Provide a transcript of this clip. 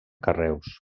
carreus